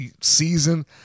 season